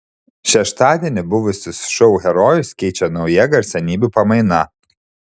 šeštadienį buvusius šou herojus keičia nauja garsenybių pamaina